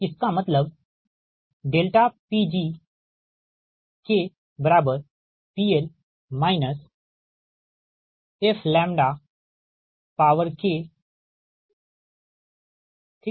इसका मतलब है PgKPL fK ठीक